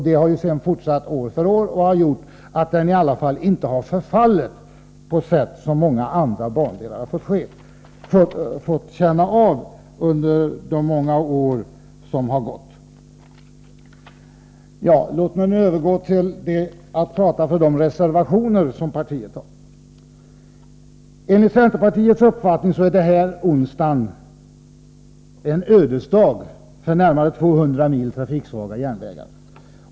Det har sedan fortsatt år för år, och det har gjort att den i alla fall inte har förfallit på det sätt som många andra bandelar gjort under de många år som gått. Låt mig nu övergå till att prata för centerpartiets reservationer. Enligt centerpartiets uppfattning är denna onsdag en ödesdag för närmare 200 mil trafiksvaga järnvägar.